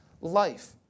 life